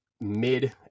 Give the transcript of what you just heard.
mid